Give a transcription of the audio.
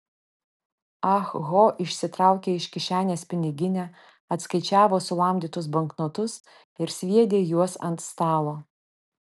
ah ho išsitraukė iš kišenės piniginę atskaičiavo sulamdytus banknotus ir sviedė juos ant stalo